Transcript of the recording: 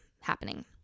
happening